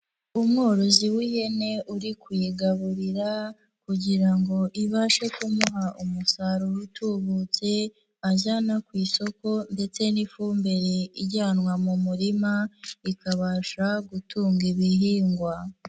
Umworozi w'ihene uri kuyigaburira, kugira ngo ibashe kumuha umusaruro utubutse, ajyana ku isoko ndetse n'ifumbire ijyanwa mu murima, ikabasha gutunga ibihingwa.